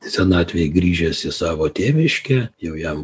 senatvėj grįžęs į savo tėviškę jau jam